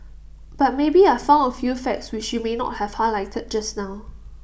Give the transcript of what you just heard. but maybe I found A few facts which you may not have highlighted just now